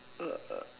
uh